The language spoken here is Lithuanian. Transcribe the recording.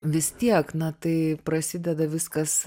vis tiek na tai prasideda viskas